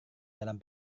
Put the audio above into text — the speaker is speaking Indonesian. dalam